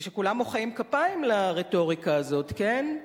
כשכולם מוחאים כפיים לרטוריקה הזאת, כן?